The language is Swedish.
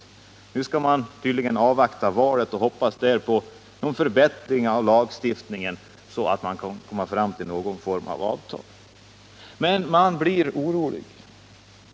Nu skall man tydligen avvakta valet och hoppas där få en förbättring av lagstiftningen, så att det går att komma fram till någon form av avtal. Men man blir orolig.